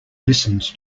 listens